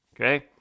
Okay